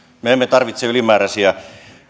me emme tarvitse ylimääräisiä